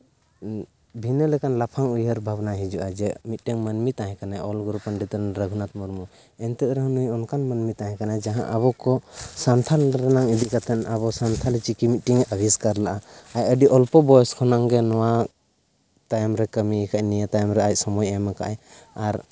ᱵᱷᱤᱱᱟᱹ ᱞᱮᱠᱷᱟᱱ ᱞᱟᱯᱷᱟᱝ ᱩᱭᱦᱟᱹᱨ ᱵᱷᱟᱵᱱᱟ ᱦᱤᱡᱩᱜᱼᱟ ᱡᱮ ᱢᱤᱫᱴᱟᱹᱝ ᱢᱟᱹᱱᱢᱤ ᱛᱟᱦᱮᱸᱠᱟᱱᱟᱭ ᱚᱞ ᱜᱩᱨᱩ ᱯᱚᱱᱰᱤᱛ ᱨᱚᱜᱷᱩᱱᱟᱛᱷ ᱢᱩᱨᱢᱩ ᱮᱱᱛᱮ ᱨᱮᱦᱚᱸ ᱱᱩᱭ ᱚᱱᱠᱟᱱ ᱢᱟᱹᱱᱢᱤ ᱛᱟᱦᱮᱸ ᱠᱟᱱᱟᱭ ᱡᱟᱦᱟᱸᱭ ᱟᱵᱚ ᱠᱚ ᱥᱟᱱᱛᱷᱟᱞ ᱨᱮᱱᱟᱝ ᱤᱫᱤ ᱠᱟᱛᱮ ᱟᱵᱚ ᱥᱟᱱᱛᱷᱟᱞᱤ ᱪᱤᱠᱤ ᱢᱤᱫᱴᱟᱝ ᱮ ᱟᱵᱤᱥᱠᱟᱨ ᱞᱟᱜᱼᱟ ᱟᱨ ᱟᱹᱰᱤ ᱚᱞᱯᱚ ᱵᱚᱭᱚᱥ ᱠᱷᱚᱱᱟᱝ ᱜᱮ ᱱᱚᱣᱟ ᱛᱟᱭᱚᱢ ᱨᱮ ᱠᱟᱹᱢᱤᱭᱟᱠᱟᱜᱼᱟᱭ ᱱᱤᱭᱟᱹ ᱥᱚᱢᱚᱭ ᱨᱮ ᱟᱡᱽ ᱥᱚᱢᱚᱭᱮ ᱮᱢᱟᱠᱟᱜᱼᱟᱭ ᱟᱨ